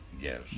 Yes